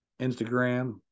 Instagram